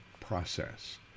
process